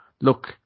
look